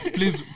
Please